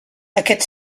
aquest